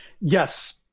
yes